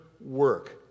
work